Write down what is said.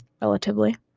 relatively